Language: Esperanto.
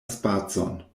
spacon